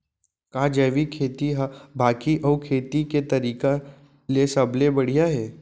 का जैविक खेती हा बाकी अऊ खेती के तरीका ले सबले बढ़िया हे?